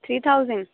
three thousand